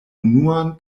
unuan